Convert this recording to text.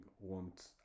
want